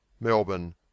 Melbourne